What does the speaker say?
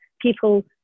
people